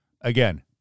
again